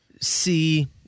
see